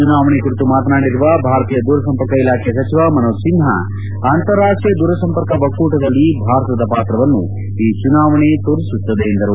ಚುನಾವಣೆ ಕುರಿತು ಮಾತನಾಡಿದ ಭಾರತೀಯ ದೂರಸಂಪರ್ಕ ಇಲಾಖೆ ಸಚಿವ ಮನೋಜ್ ಸಿನ್ಹಾ ಅಂತರಾಷ್ಷೀಯ ದೂರಸಂಪರ್ಕ ಒಕ್ಕೂಟದಲ್ಲಿ ಭಾರತದ ಪಾತ್ರವನ್ನು ಈ ಚುನಾವಣೆ ತೋರಿಸುತ್ತದೆ ಎಂದರು